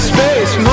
Space